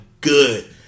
good